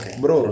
bro